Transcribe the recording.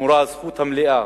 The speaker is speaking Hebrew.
שמורה הזכות המלאה